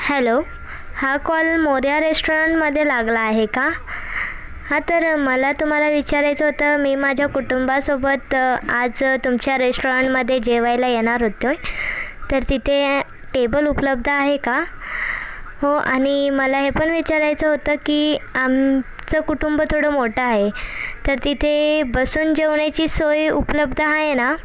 hello हा call Morya रेस्टॉरंटमध्ये लागला आहे का हा तर मला तुम्हाला विचारायचं होतं मी माझ्या कुटुंबासोबत आज तुमच्या रेस्टॉरंटमध्ये जेवायला येणार होतो तर तिथे टेबल उपलब्ध आहे का हो आणि मला हे पण विचारायचं होतं की आमचं कुटुंब थोडं मोठं आहे तर तिथे बसून जेवण्याची सोय उपलब्ध आहे ना